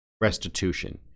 restitution